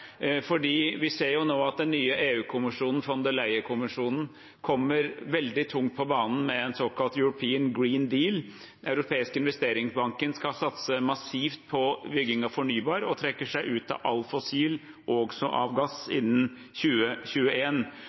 vi ser jo nå at den nye EU-kommisjonen, von der Leyen-kommisjonen, kommer veldig tungt på banen med en såkalt European Green Deal. Den europeiske investeringsbanken skal satse massivt på bygging av fornybar og trekker seg ut av all fossil, også av gass, innen